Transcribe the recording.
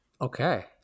Okay